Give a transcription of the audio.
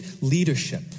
leadership